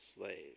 slave